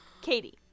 Katie